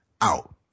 out